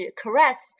caress